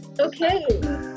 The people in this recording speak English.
okay